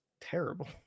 terrible